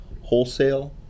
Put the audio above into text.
wholesale